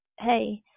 hey